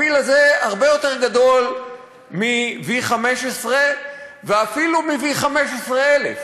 הפיל הזה הרבה יותר גדול מ-V15 ואפילו מ-V15,000,